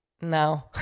No